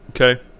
Okay